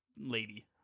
lady